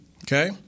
okay